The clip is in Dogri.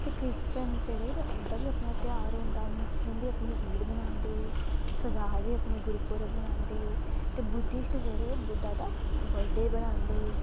ते क्रिश्चयन जेह्ड़े न उंदा बी अपना ध्यार होंदा मुस्लिम बी अपनी ईद मनांदे सरदार बी अपनी गुरू पर्व मनांदे ते बुद्धिस्ट जेह्ड़े बुद्ध दा बर्थ डे बनांदे